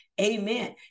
Amen